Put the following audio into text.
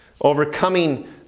overcoming